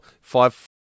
five